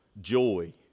joy